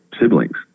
siblings